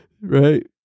Right